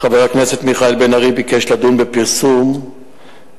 חבר הכנסת מיכאל בן-ארי ביקש לדון בפרסום שלפיו